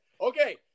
Okay